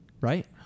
right